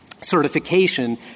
certification